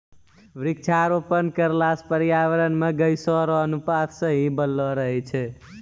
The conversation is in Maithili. वृक्षारोपण करला से पर्यावरण मे गैसो रो अनुपात सही बनलो रहै छै